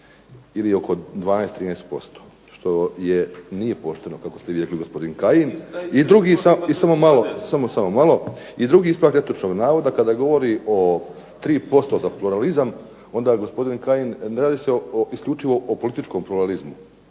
ili oko 12,13% što nije pošteno kako ste vi rekli gospodine Kajin. … /Upadica se ne razumije./… I drugi, i samo malo, i drugi ispravak netočnog navoda kada govori o 3% za pluralizam onda gospodin Kajin ne radi se isključivo o političkom pluralizmu